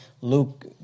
Luke